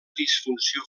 disfunció